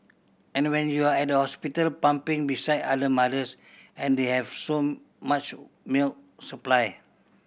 and when you're at hospital pumping beside other mothers and they have so much milk supply